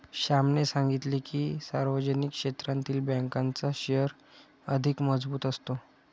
श्यामने सांगितले की, सार्वजनिक क्षेत्रातील बँकांचा शेअर अधिक मजबूत असतो